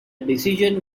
decision